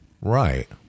right